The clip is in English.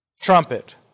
trumpet